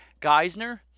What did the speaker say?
Geisner